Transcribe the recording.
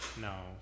No